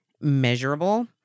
measurable